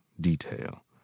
detail